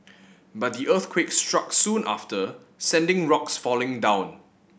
but the earthquake struck soon after sending rocks falling down